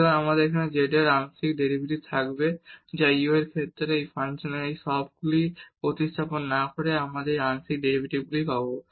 সুতরাং আমাদের এখানে z এর আংশিক ডেরিভেটিভ থাকবে যা u এর সাথে এই ফাংশনে এই সবগুলি প্রতিস্থাপন না করে এবং তারপর এই আংশিক ডেরিভেটিভগুলি পাবে